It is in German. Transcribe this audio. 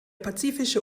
pazifische